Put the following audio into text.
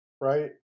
right